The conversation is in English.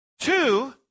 Two